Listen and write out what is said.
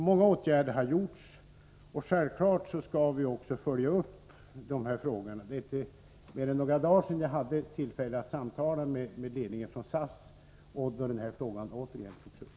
Många åtgärder har som sagt vidtagits, och vi skall självfallet följa upp frågan. Bara för några dagar sedan hade jag tillfälle att samtala med ledningen för SAS, varvid frågan återigen togs upp.